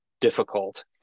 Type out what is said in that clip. difficult